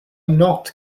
not